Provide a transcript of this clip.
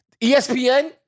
ESPN-